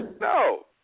No